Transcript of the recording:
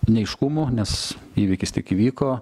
neaiškumų nes įvykis tik įvyko